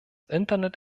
internet